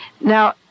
Now